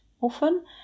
often